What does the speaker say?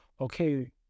okay